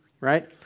Right